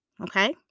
okay